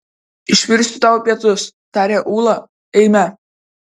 išvirsiu tau pietus taria ūla eime